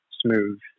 smooth